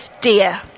dear